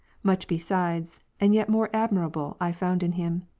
much besides, and yet more admirable, i found in him.